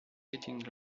getting